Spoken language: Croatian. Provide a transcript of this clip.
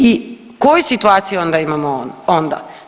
I koju situaciju onda imamo onda?